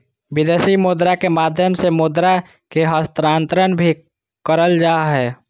विदेशी मुद्रा के माध्यम से मुद्रा के हस्तांतरण भी करल जा हय